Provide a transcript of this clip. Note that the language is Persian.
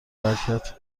برکته